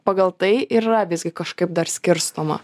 pagal tai yra visgi kažkaip dar skirstoma